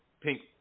pink